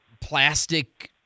plastic